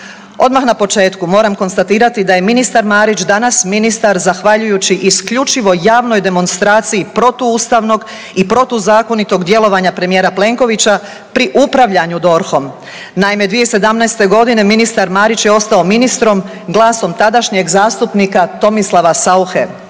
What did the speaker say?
Odmah na početku moram konstatirati da je ministar Marić danas ministar zahvaljujući isključivo javnoj demonstraciji protuustavnog i protuzakonitog djelovanja premijera Plenkovića pri upravljanju DORH-om. Naime 2017. godine ministar Marić je ostao ministrom glasom tadašnjeg zastupnika Tomislava Sauche.